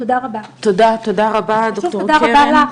תודה רבה, ותודה רבה לך.